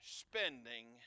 spending